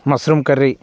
mushroom curry